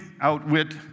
outwit